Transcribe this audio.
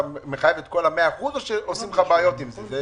אתה מחייב את כל ה-100% או שעושים לך בעיות עם זה?